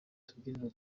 tubyiniro